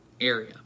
area